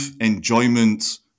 enjoyment